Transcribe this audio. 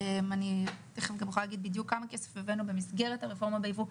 אני תכף גם אוכל להגיד בדיוק כמה כסף הבאנו במסגרת הרפורמה בייבוא,